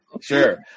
sure